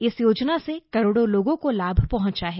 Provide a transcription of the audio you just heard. इस योजना से करोड़ों लोगों को लाभ पहंचा है